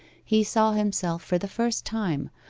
he saw himself, for the first time,